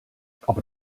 aber